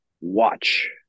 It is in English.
watch